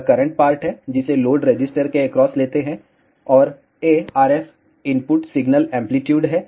यह current part है जिसे लोड रेसिस्टर के अक्रॉस लेते है और A RF input signal amplitude है